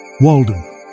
Walden